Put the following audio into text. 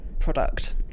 product